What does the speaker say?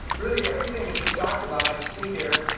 really, everything that you talked about i see here.